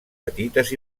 petites